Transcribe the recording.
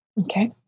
Okay